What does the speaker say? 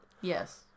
Yes